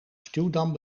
stuwdam